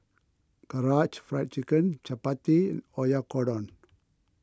Karaage Fried Chicken Chapati Oyakodon